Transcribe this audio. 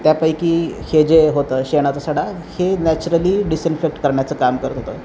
त्यापैकी हे जे होतं शेणाचा सडा हे नॅचरली डिसइन्फेक्ट करण्याचं काम करत होतं